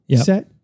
set